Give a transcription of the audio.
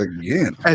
again